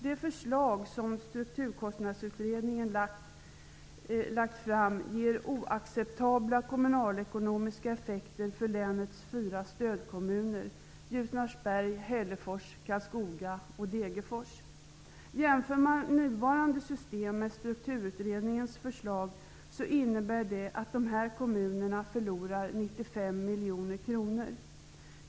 Det förslag som strukturkostnadsutredningen lagt fram ger oacceptabla kommunalekonomiska effekter för länets fyra stödkommuner Ljusnarsberg, Hällefors, Om man överger nuvarande system för strukturutredningens förslag förlorar dessa kommuner 95 miljoner kronor.